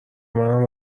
منم